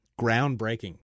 Groundbreaking